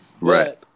Right